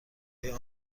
آیا